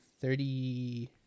Thirty